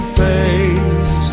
face